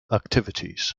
activities